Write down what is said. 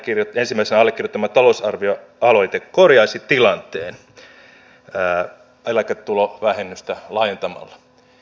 tämä edustaja lindtmanin ensimmäisenä allekirjoittama talousarvioaloite korjaisi tilanteen eläketulovähennystä laajentamalla